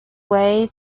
way